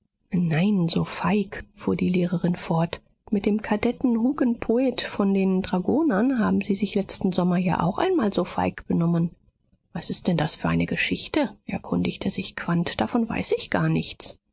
nein so feig fuhr die lehrerin fort mit dem kadetten hugenpoet von den dragonern haben sie sich letzten sommer ja auch einmal so feig benommen was ist denn das für eine geschichte erkundigte sich quandt davon weiß ich gar nichts